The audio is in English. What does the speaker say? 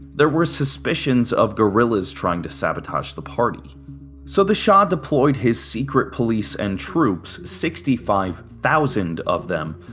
there were suspicions of guerrillas trying to sabotage the party so, the shah deployed his secret police and troops sixty five thousand of them,